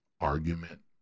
Argument